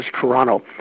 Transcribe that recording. Toronto